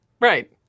right